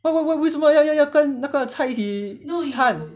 what what what 为什么要要要跟那个菜一起掺